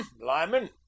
Lyman